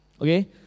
okay